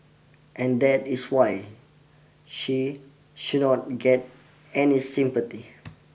and that is why she she not get any sympathy